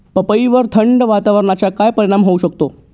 पपईवर थंड वातावरणाचा काय परिणाम होऊ शकतो?